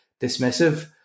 dismissive